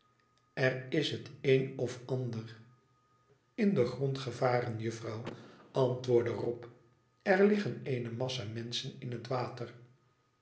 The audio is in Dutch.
er is het een of ander in den grond gevaren juffrouw antwoordde rob er liggen eene massa menschen in het water